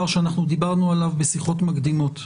שאנחנו דיברנו עליו בשיחות מקדימות.